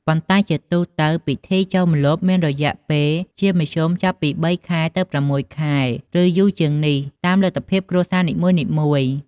ប៉ុន្តែជាទូទៅ ពីធីចូលម្លប់មានរយៈពេលជាមធ្យមចាប់ពី ៣ ទៅ ៦ ខែ ឬ យូរជាងនេះ តាមលទ្ធភាពគ្រួសារនីមួយៗ។